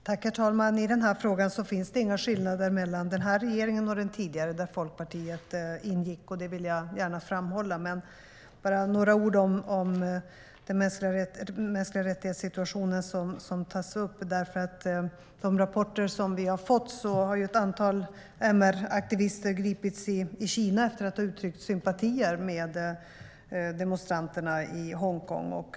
Herr talman! I den här frågan finns det inga skillnader mellan den här regeringen och den tidigare, där Folkpartiet ingick - det vill jag gärna framhålla. Så några ord om situationen för mänskliga rättigheter, som tas upp. Enligt de rapporter som vi har fått har ett antal MR-aktivister gripits i Kina för att ha uttryckt sympatier med demonstranterna i Hongkong.